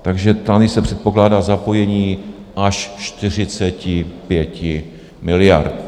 Takže tady se předpokládá zapojení až 45 miliard.